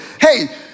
Hey